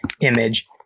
image